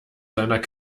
seiner